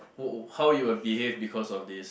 who how you would behave because of this